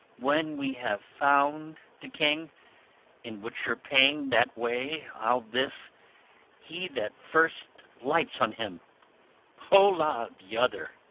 when we have found the king in which your pain that way, i'll this he that first lights on him holla the other.